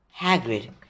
Hagrid